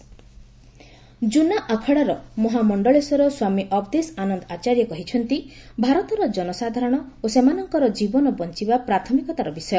ଜୁନା ଆଖଡା ଜୁନା ଆଖଡାର ମହାମଣ୍ଡଳେଶ୍ୱର ସ୍ୱାମୀ ଅବଦେଶ ଆନନ୍ଦ ଆଚାର୍ଯ୍ୟ କହିଛନ୍ତି ଭାରତର କନସାଧାରଣ ଓ ସେମାନଙ୍କର ଜୀବନ ବଞ୍ଚୁବା ପ୍ରାଥମିକତାର ବିଷୟ